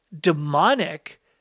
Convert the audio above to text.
demonic